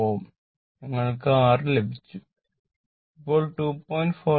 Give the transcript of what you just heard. ഞങ്ങൾക്ക് R ലഭിച്ചു ഇപ്പോൾ 2